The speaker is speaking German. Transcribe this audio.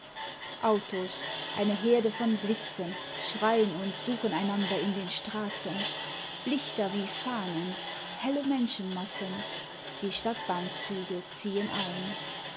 autos eine herde von blitzen schrein und suchen einander in den straßen lichter wie fahnen helle menschenmassen die stadtbahnzüge ziehen ein